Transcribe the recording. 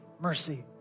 mercy